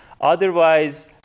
Otherwise